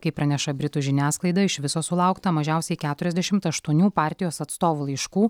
kaip praneša britų žiniasklaida iš viso sulaukta mažiausiai keturiasdešimt aštuonių partijos atstovų laiškų